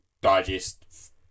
digest